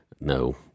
No